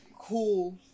cool